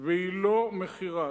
והיא לא מכירה.